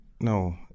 No